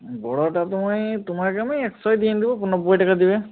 বড়োটা তুমি তোমাকে আমি একশোয় দিয়ে দেব নব্বই টাকা দিবে